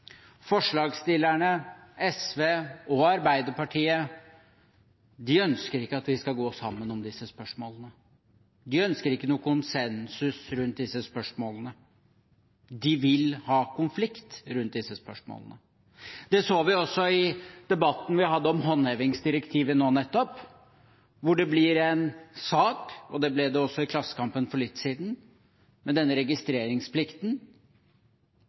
Forslagsstillerne – SV, Arbeiderpartiet og Senterpartiet – ønsker ikke at vi skal gå sammen om disse spørsmålene. De ønsker ikke konsensus rundt disse spørsmålene. De vil ha konflikt rundt disse spørsmålene. Det så vi også i debatten vi hadde om håndhevingsdirektivet nå nettopp, hvor det ble en sak – det ble det også i Klassekampen for litt siden – med denne registreringsplikten.